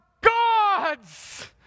God's